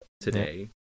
today